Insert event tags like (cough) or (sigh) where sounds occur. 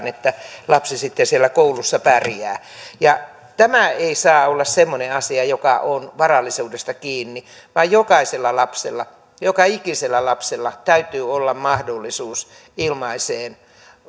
(unintelligible) että lapsi sitten siellä koulussa pärjää tämä ei saa olla semmoinen asia joka on varallisuudesta kiinni vaan jokaisella lapsella joka ikisellä lapsella täytyy olla mahdollisuus ilmaiseen